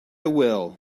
will